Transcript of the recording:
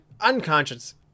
unconscious